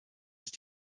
ist